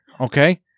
okay